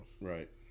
Right